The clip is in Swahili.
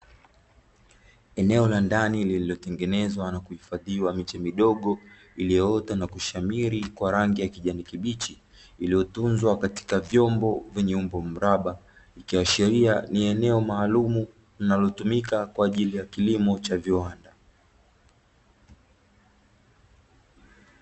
Eneo la ndani lililotengezwa na kuhifadhiwa miche midogo, iliyoota na kushamiri kwa rangi ya kijani kibichi, iliyotunzwa kwenye vyombo vyenye umbo mraba, ikiashiria ni eneo maalumu linalotumika kwa ajili ya kilimo cha viwanda.